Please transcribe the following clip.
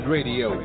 Radio